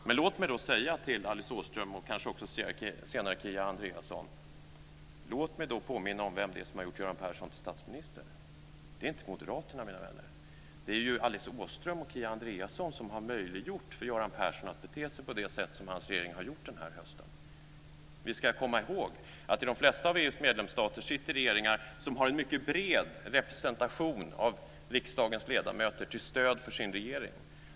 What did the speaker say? Men låt mig påminna Alice Åström och kanske senare också Kia Andreasson om vilka det är som har gjort Göran Persson till statsminister. Det är inte moderaterna, mina vänner. Det är Alice Åström och Kia Andreasson som har möjliggjort för Göran Persson och hans regering att bete sig på det sätt som man har gjort den här hösten. Vi ska komma ihåg att det i de flesta av EU:s medlemsstater sitter regeringar som har en mycket bred representation av riksdagens ledamöter till stöd för sin regering.